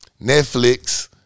Netflix